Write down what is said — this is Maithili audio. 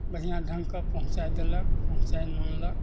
बढ़िआँ ढङ्ग कऽ पहुँचाइ देलक पहुँचाइ मङ्गलक